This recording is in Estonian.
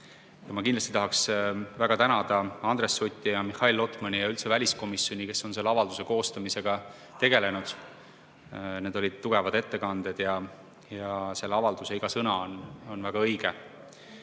ma kindlasti tahan väga tänada Andres Sutti ja Mihhail Lotmanit ja üldse väliskomisjoni, kes on selle avalduse koostamisega tegelenud. Need olid tugevad ettekanded ja selle avalduse iga sõna on väga õige. Siin